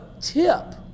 tip